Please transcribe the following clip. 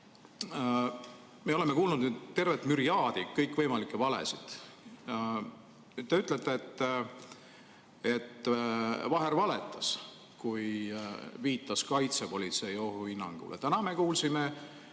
me oleme kuulnud tervet müriaadi kõikvõimalikke valesid. Te ütlete, et Vaher valetas, kui viitas kaitsepolitsei ohuhinnangule. Täna me kuulsime,